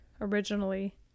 originally